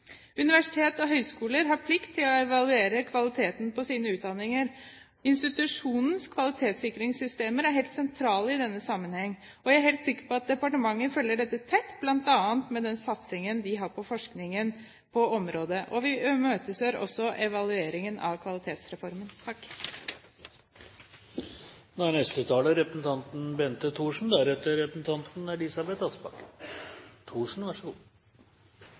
og høyskoler har plikt til å evaluere kvaliteten på sine utdanninger. Institusjonens kvalitetssikringssystemer er helt sentrale i denne sammenheng, og jeg er helt sikker på at departementet følger dette tett, bl.a. med den satsingen de har på forskningen på området. Vi imøteser også evalueringen av Kvalitetsreformen.